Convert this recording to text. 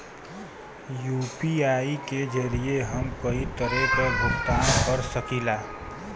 UPI के जरिये हम कई तरे क भुगतान कर सकीला